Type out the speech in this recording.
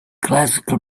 classical